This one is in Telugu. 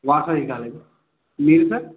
వాసవి కాలేజు మీరు సార్